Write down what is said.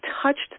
touched